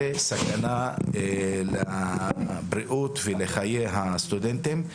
זה סכנה לבריאות ולחיי הסטודנטים,